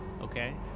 Okay